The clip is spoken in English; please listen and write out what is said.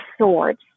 Swords